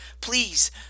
please